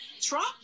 Trump